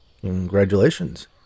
Congratulations